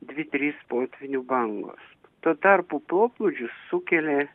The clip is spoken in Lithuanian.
dvi trys potvynių bangos tuo tarpu poplūdžius sukelia